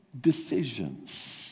decisions